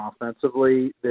offensively